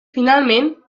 finalment